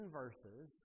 verses